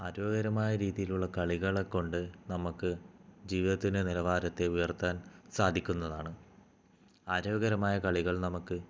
ആരോഗ്യകരമായ രീതിലുള്ള കളികളെക്കൊണ്ട് നമുക്ക് ജീവിതത്തിൻ്റെ നിലവാരത്തെ ഉയർത്താൻ സാധിക്കുന്നതാണ് ആരോഗ്യകരമായ കളികൾ നമുക്ക്